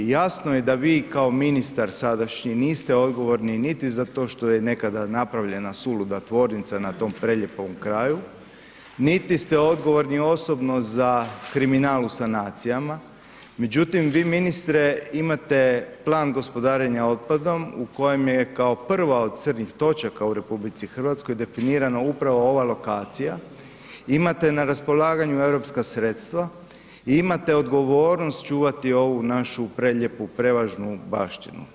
Jasno je da vi kao ministar sadašnji niste odgovorni niti za to što je nekada napravljena suluda tvornica na tom prelijepom kraju, niti ste odgovorni osobno za kriminal u sanacijama, međutim vi ministre imate Plan gospodarenja otpadom u kojem je kao prva od crnih točaka u RH deprivirana upravo ova lokacija, imate na raspolaganju europska sredstva i imate odgovornost čuvati ovu našu prelijepu, prevažnu baštinu.